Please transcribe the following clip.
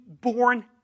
born